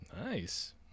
Nice